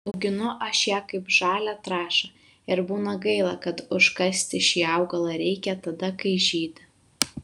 auginu aš ją kaip žalią trąšą ir būna gaila kad užkasti šį augalą reikia tada kai žydi